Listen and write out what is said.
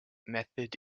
method